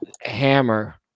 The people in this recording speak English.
hammer